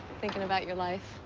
thinking about your life.